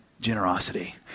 generosity